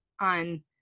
on